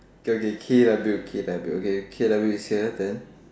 okay okay K_W K_W is here then